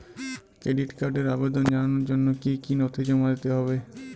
Credit কার্ডের আবেদন জানানোর জন্য কী কী নথি জমা দিতে হবে?